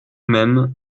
mêmes